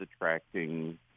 attracting